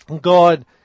God